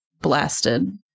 blasted